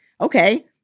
okay